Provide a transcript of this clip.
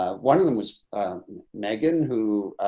ah one of them was megan, who